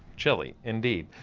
chilli, indeed.